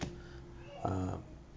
uh